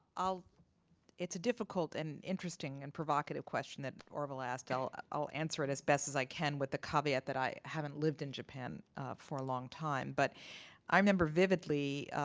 it's a difficult and interesting and provocative question that orville asked. i'll i'll answer it as best as i can with the caveat that i haven't lived in japan for a long time. but i remember vividly,